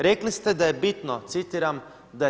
Rekli ste da je bitno, citiram, da je